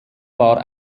war